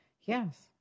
yes